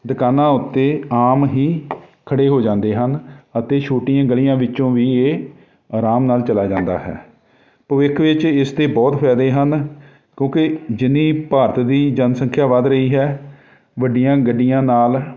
ਦੁਕਾਨਾਂ ਉੱਤੇ ਆਮ ਹੀ ਖੜੇ ਹੋ ਜਾਂਦੇ ਹਨ ਅਤੇ ਛੋਟੀਆਂ ਗਲੀਆਂ ਵਿੱਚੋਂ ਵੀ ਇਹ ਆਰਾਮ ਨਾਲ ਚਲਾ ਜਾਂਦਾ ਹੈ ਭਵਿੱਖ ਵਿੱਚ ਇਸਦੇ ਬਹੁਤ ਫ਼ਾਇਦੇ ਹਨ ਕਿਉਂਕਿ ਜਿੰਨੀ ਭਾਰਤ ਦੀ ਜਨਸੰਖਿਆ ਵੱਧ ਰਹੀ ਹੈ ਵੱਡੀਆਂ ਗੱਡੀਆਂ ਨਾਲ